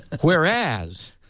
Whereas